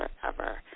forever